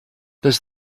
does